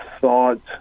thought